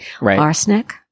Arsenic